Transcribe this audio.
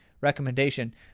recommendation